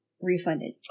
refunded